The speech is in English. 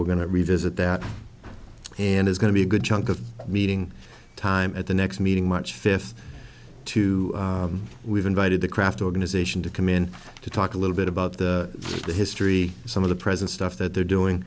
we're going to revisit that and is going to be a good chunk of meeting time at the next meeting much fifth two we've invited the craft organization to come in to talk a little bit about the history some of the present stuff that they're doing